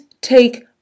Take